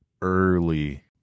early